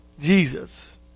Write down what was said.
Jesus